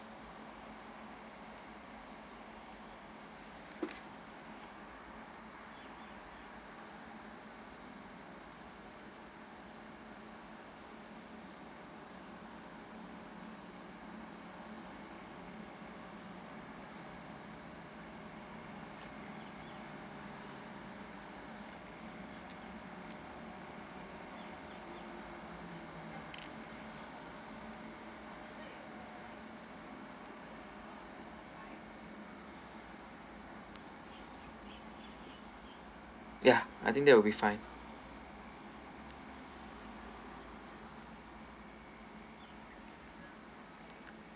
ya I think that will be fine